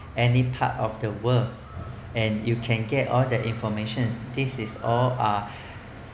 any part of the world and you can get all the information this is all are